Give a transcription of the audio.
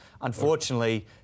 Unfortunately